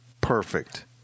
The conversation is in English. perfect